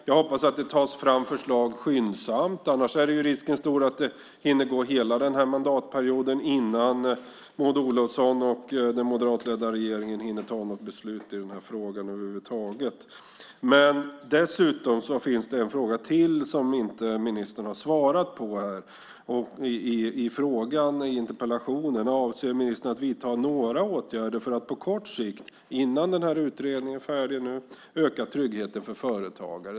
Jag hoppas att det tas fram förslag skyndsamt. Annars är risken stor att hela den här mandatperioden hinner gå innan Maud Olofsson och den moderatledda regeringen hinner ta något beslut i den här frågan över huvud taget. Dessutom finns det en fråga till i interpellationen som ministern inte har svarat på. Avser ministern att vidta några åtgärder för att på kort sikt, innan den här utredningen är färdig, öka tryggheten för företagare?